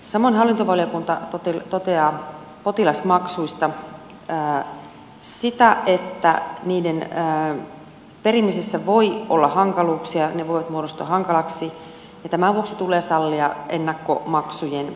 samoin hallintovaliokunta toteaa potilasmaksuista sitä että niiden perimisessä voi olla hankaluuksia ne voivat muodostua hankalaksi ja tämän vuoksi tulee sallia ennakkomaksujen periminen